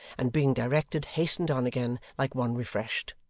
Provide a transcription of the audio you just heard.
and being directed, hastened on again like one refreshed.